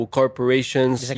corporations